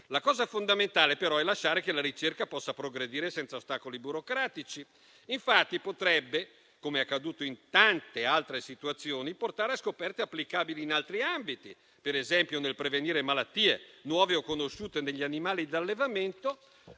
La cosa fondamentale, però, è lasciare che la ricerca possa progredire senza ostacoli burocratici. Infatti, come accaduto in tante altre situazioni, essa potrebbe portare scoperte applicabili in altri ambiti, per esempio nel prevenire malattie nuove o conosciute negli animali d'allevamento